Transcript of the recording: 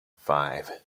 five